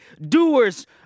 doers